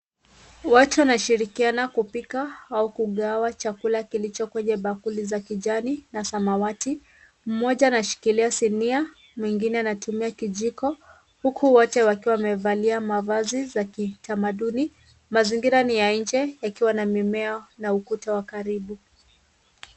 Watu wanashirikiana kupika au kugawa chakula kilicho kwenye bakuli za kijani na samawati. Mmoja anashikilia sinia, mwingine anatumia kijiko huku wote wakiwa wamevalia mavazi za kitamaduni. Mazingira ni ya nje yakiwa na mimea na ukuta wa karibu.